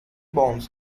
bonds